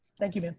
thank you